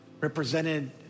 represented